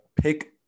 pick